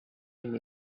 him